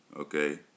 Okay